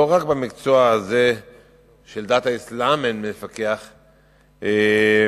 לא רק במקצוע הזה של דת האסלאם אין מפקח מרכז.